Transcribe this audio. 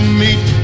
meet